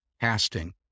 casting